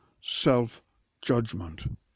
Self-Judgment